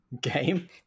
game